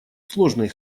сложный